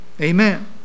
Amen